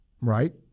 Right